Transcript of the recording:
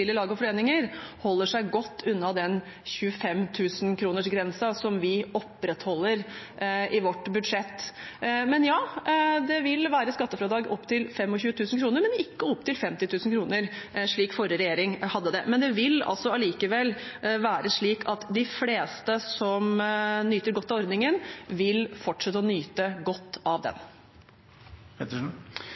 lag og foreninger, holder seg godt unna den 25 000-kronersgrensen som vi opprettholder i vårt budsjett. Det vil være skattefradrag opp til 25 000 kr, men ikke opp til 50 000 kr, slik forrige regjering hadde. Men det vil altså allikevel være slik at de fleste som nyter godt av ordningen, vil fortsette å nyte godt av den. Det blir oppfølgingsspørsmål – først Tage Pettersen.